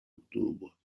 octobre